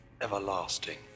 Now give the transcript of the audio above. everlasting